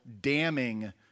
damning